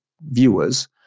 viewers